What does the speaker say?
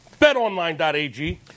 BetOnline.ag